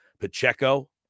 Pacheco